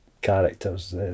characters